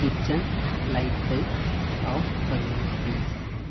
kitchen லைட்ஸை off பண்ணு please